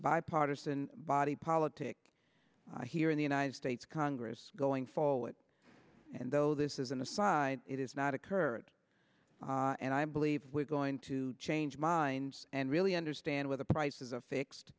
bipartisan body politic here in the united states congress going forward and though this is an aside it is not occurred and i believe we're going to change minds and really understand what the price is a fixed